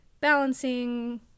balancing